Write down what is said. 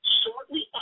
shortly